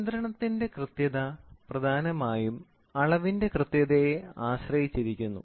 നിയന്ത്രണത്തിന്റെ കൃത്യത പ്രധാനമായും അളവിന്റെ കൃത്യതയെ ആശ്രയിച്ചിരിക്കുന്നു